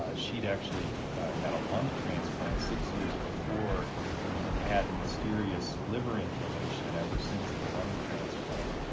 ah she'd actually had a lung transplant six years before and had had mysterious liver inflammation ever since the lung transplant.